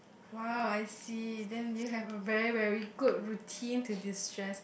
!wow! I see then you have a very very good routine to distress